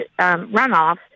runoff